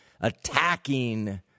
attacking